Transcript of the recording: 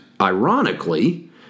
ironically